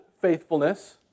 faithfulness